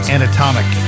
Anatomic